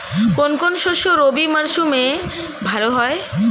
কোন কোন শস্য রবি মরশুমে ভালো হয়?